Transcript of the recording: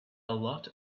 lot